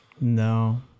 no